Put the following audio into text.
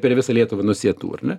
per visą lietuvą nusėtų ar ne